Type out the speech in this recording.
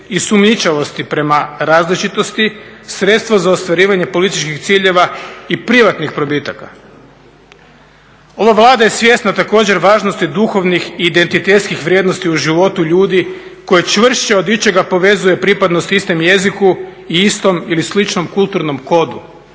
i sumnjičavosti prema različitosti sredstvo za ostvarivanje političkih ciljeva i privatnih probitaka. Ova Vlada je svjesna također važnosti duhovnih i identitetskih vrijednosti u životu ljudi koje čvršće od ičega povezuje pripadnost istom jeziku i istom ili sličnom kulturnom kodu.